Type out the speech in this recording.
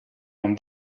non